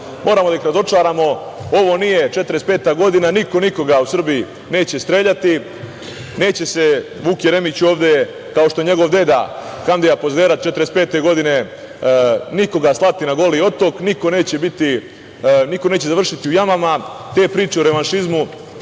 vlast. Moramo da ih razočaramo, ovo nije 1945. godina, niko nikoga u Srbiji neće streljati. Neće Vuk Jeremić ovde, kao što je njegov deda Hamdija Pozderac 1945. godine, nikoga slati na Goli otok, niko neće završiti u jamama. Te priče o revanšizmu